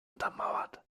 untermauert